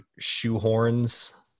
shoehorns